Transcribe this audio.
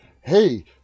hey